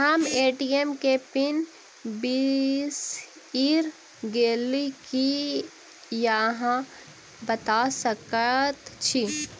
हम ए.टी.एम केँ पिन बिसईर गेलू की अहाँ बता सकैत छी?